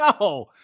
No